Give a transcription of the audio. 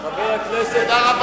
גושי ההתיישבות, זאת האמת.